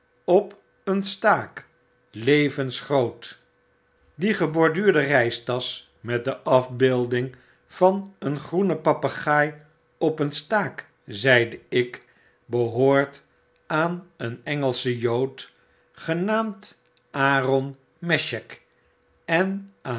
op een staak levensgrootl die geborduurde eeistasch met deafbeelding van een groenen papegaai op een staak zeide ik behoort aan een engelschen jood genaamd aaron mesheck en